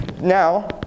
Now